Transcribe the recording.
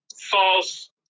false